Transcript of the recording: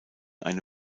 eine